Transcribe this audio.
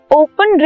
open